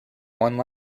one